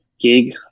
gig